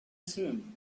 simum